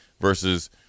versus